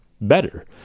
better